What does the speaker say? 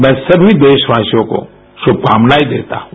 मैं सभी देशवासियों को श्भकामनायें देता हूँ